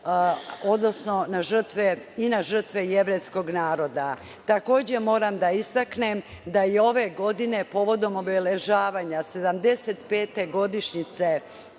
odnosno i na žrtve jevrejskog naroda. Takođe, moram da istaknem da je i ove godine povodom obeležavanja 75. godišnjice